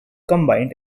combined